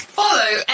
follow